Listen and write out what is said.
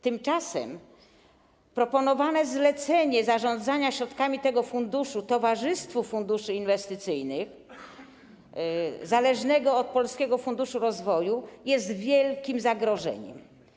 Tymczasem proponowane zlecenie zarządzania środkami tego funduszu towarzystwu funduszy inwestycyjnych zależnemu od Polskiego Funduszu Rozwoju jest wielkim zagrożeniem.